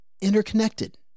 interconnected